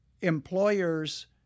employers